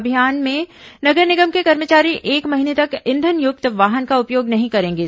अभियान में नगर निगम के कर्मचारी एक महीने तक ईंधन युक्त वाहन का उपयोग नहीं करेंगे